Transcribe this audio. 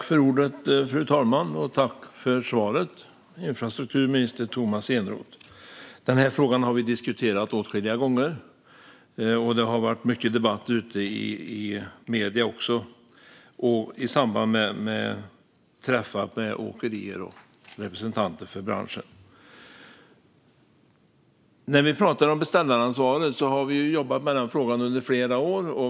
Fru talman! Tack, infrastrukturminister Tomas Eneroth, för svaret! Vi har diskuterat frågan åtskilliga gånger. Det har även förekommit mycket debatt i medierna i samband med träffar med åkerier och representanter för branschen. Vi har under flera år jobbat med frågan om beställaransvaret.